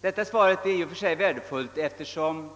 Detta svar är i och för. sig värdefullt, eftersom.